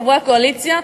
חברי הקואליציה,